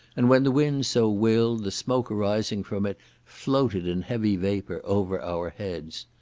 and when the wind so willed, the smoke arising from it floated in heavy vapour over our heads.